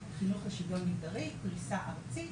חינוך לשוויון מגדרי בפריסה ארצית